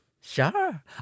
Sure